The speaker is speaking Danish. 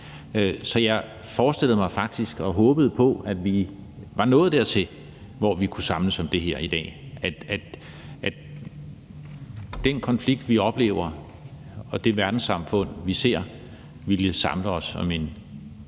Så jeg forestillede mig faktisk og håbede på, at vi var nået dertil, hvor vi kunne samles om det her i dag, altså at den konflikt, vi oplever, og det verdenssamfund, vi ser, ville samle os om en